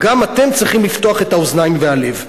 גם אתם צריכים לפתוח את האוזניים והלב.